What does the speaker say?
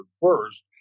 first